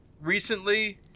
recently